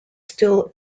still